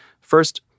First